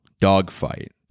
Dogfight